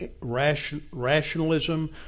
rationalism